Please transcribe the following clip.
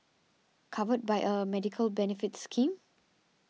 covered by a medical benefits scheme